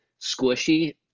squishy